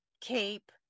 cape